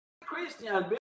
Christian